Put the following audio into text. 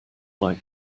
like